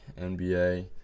NBA